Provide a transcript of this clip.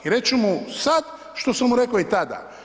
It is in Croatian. I reći ću mu sad što sam mu rekao i tada.